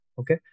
Okay